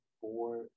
four –